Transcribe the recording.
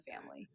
family